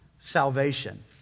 salvation